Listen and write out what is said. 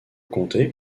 comté